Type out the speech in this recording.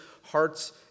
hearts